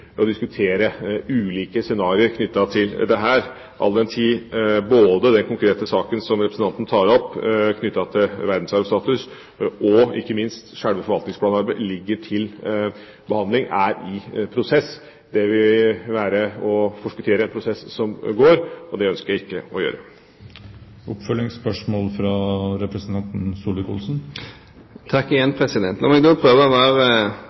og diskutere ulike scenarioer omkring dette all den tid både den konkrete saken som representanten tar opp knyttet til verdensarvstatus, og ikke minst selve forvaltningsplanarbeidet ligger til behandling og er i prosess. Det vil være å forskuttere en prosess som går, og det ønsker jeg ikke å gjøre.